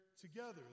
together